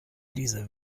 diese